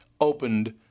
opened